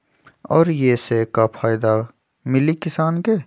और ये से का फायदा मिली किसान के?